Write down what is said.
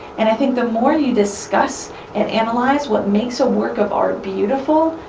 and i think the more you discuss and analyze what makes a work of art beautiful,